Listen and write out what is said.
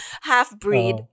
half-breed